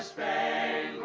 pay